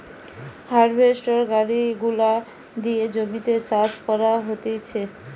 harvester গাড়ি গুলা দিয়ে জমিতে চাষ করা হতিছে